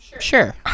Sure